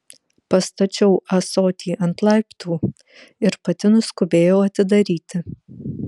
pastačiau ąsotį ant laiptų ir pati nuskubėjau atidaryti